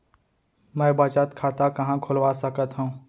मै बचत खाता कहाँ खोलवा सकत हव?